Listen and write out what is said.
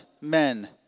men